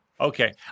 Okay